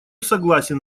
согласен